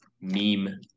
meme